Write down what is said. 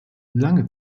lange